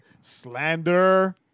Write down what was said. Slander